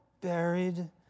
buried